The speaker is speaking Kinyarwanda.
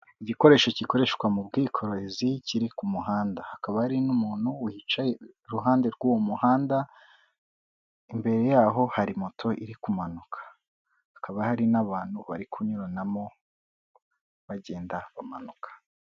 Igikoresho gikoreshwa mu bwikorezi kiri ku muhanda, hakaba hari n'umuntu wicaye iruhande rw'uwo muhanda, imbere yaho hari moto iri kumanuka, hakaba hari n'abantu bari kunyuranamo, bagenda bamanuka.